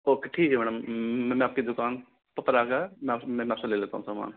okay ठीक है madam मैं आपकी दुकान प पर आकर मैं आपसे ले लेता हूँ समान